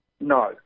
no